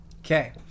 okay